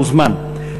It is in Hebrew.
מוזמן.